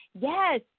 yes